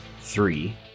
three